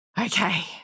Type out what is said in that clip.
Okay